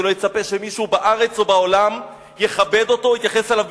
שלא יצפה שמישהו בארץ או בעולם יכבד אותו או יתייחס אליו ברצינות.